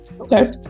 Okay